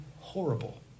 horrible